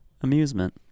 amusement